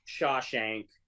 Shawshank